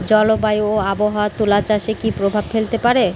জলবায়ু ও আবহাওয়া তুলা চাষে কি প্রভাব ফেলতে পারে?